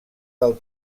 del